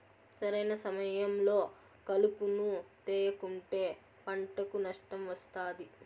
సరైన సమయంలో కలుపును తేయకుంటే పంటకు నష్టం వస్తాది